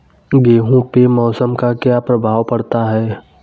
गेहूँ पे मौसम का क्या प्रभाव पड़ता है?